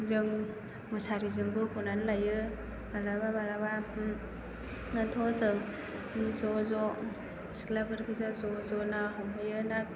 जों मुसारिजोंबो ह'नानै लायो माब्लाबा माब्लाबाथ' जों ज' ज' सिख्लाफोर गोजा ज' ज' ना हमहैयो